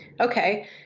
Okay